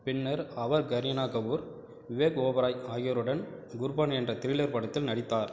பின்னர் அவர் கரீனா கபூர் விவேக் ஓபராய் ஆகியோருடன் குர்பான் என்ற திரில்லர் படத்தில் நடித்தார்